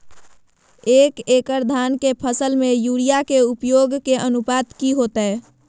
एक एकड़ धान के फसल में यूरिया के उपयोग के अनुपात की होतय?